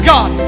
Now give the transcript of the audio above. God